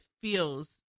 feels